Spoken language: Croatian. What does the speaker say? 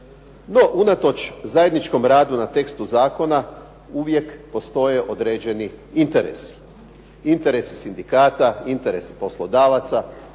No, unatoč zajedničkom radu na tekstu zakona, uvijek postoje određeni interesi. Interesi sindikata, interesi poslodavaca,